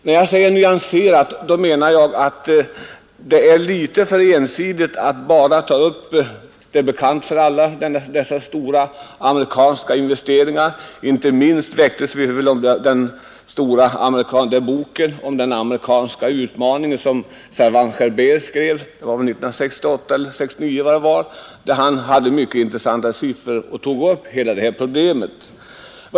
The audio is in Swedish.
När jag säger nyanserat menar jag att det är alltför ensidigt att bara ta upp dessa stora amerikanska investeringar som är bekanta för alla inte minst genom boken ”Den amerikanska utmaningen” av Servan-Schreiber som utkom för några år sedan och som gav mycket intressanta siffror och tog upp hela detta problem.